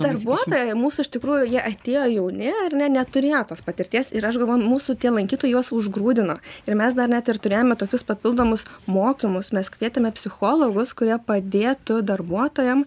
darbuotojai mūsų iš tikrųjų jie atėjo jauni ar ne neturėjo tos patirties ir aš galvoju mūsų tie lankytojai juos užgrūdino ir mes dar net ir turėjome tokius papildomus mokymus mes kvietėme psichologus kurie padėtų darbuotojam